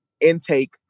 intake